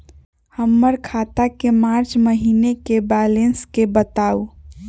हमर खाता के मार्च महीने के बैलेंस के बताऊ?